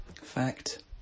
Fact